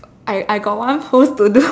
I I got one pose to do